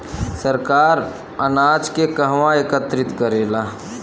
सरकार अनाज के कहवा एकत्रित करेला?